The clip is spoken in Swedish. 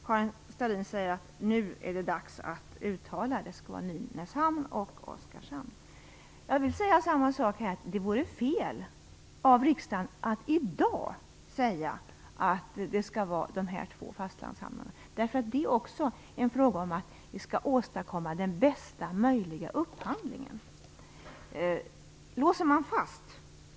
Karin Starrin säger att det nu är dags att uttala att det skall vara Jag vill säga samma sak i det här fallet - det vore fel av riksdagen att i dag säga att det skall vara dessa två fastlandshamnar. Det är också en fråga om att åstadkomma bästa möjliga upphandling.